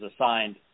assigned